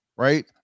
right